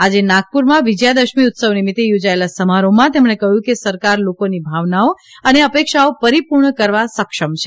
આજે નાગપુરમાં વિજયદશમી ઉત્સવ નિમિત્તે યોજાયેલા સમારોહમાં તેમણે કહ્યું કે સરકાર લોકોની ભાવનાઓ અને અપેક્ષાઓ પરિપૂર્ણ કરવા સક્ષમ છે